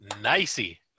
nicey